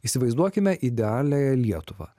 įsivaizduokime idealiąją lietuvą